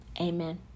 Amen